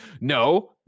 no